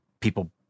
people